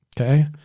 Okay